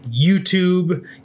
YouTube